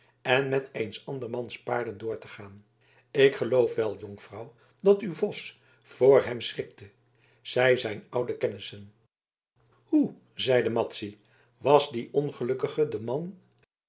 en met eens andermans paarden door te gaan ik geloof wel jonkvrouw dat uw vos voor hem schrikte zij zijn oude kennissen hoe zeide madzy was die ongelukkige de man